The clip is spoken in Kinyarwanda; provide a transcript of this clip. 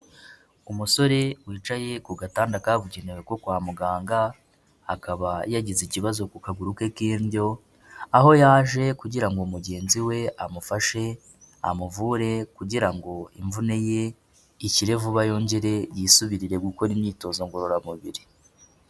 Umusore wicaye ku gatanda kabugenewe ko kwa muganga, akaba yagize ikibazo ku kaguru ke k'indyo, aho yaje kugira ngo mugenzi we amufashe amuvure kugira ngo imvune ye icyire vuba, yongere yisubirire gukora imyitozo ngororamubiri.